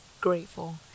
grateful